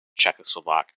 Czechoslovak